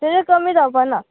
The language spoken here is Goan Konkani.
तेजेर कमी जावपा ना